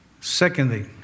Secondly